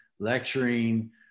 lecturing